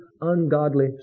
ungodly